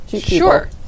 Sure